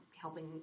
helping